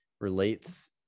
relates